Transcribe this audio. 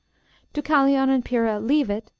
deucalion and pyrrha leave it,